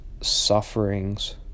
sufferings